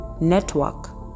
network